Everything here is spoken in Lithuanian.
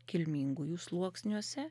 kilmingųjų sluoksniuose